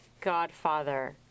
Godfather